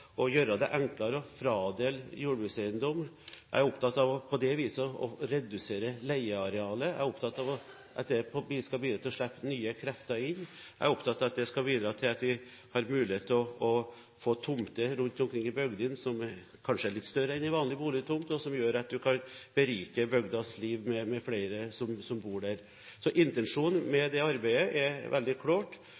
gjøre det enklere å fradele jordbrukseiendom. Jeg er opptatt av på det viset å redusere leiearealet. Jeg er opptatt av at det skal bidra til å slippe nye krefter inn. Jeg er opptatt av at det skal bidra til at vi har mulighet til å få tomter rundt omkring i bygdene som kanskje er litt større enn en vanlig boligtomt, og som gjør at man kan berike bygdas liv med flere som bor der. Så intensjonen med